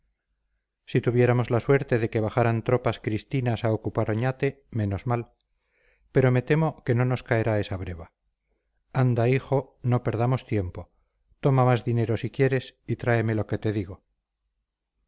si tuviéramos la suerte de que bajaran tropas cristinas a ocupar a oñate menos mal pero me temo que no nos caerá esa breva anda hijo no perdamos tiempo toma más dinero si quieres y tráeme lo que te digo